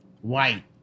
white